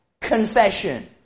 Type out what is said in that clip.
confession